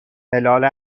هلال